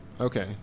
Okay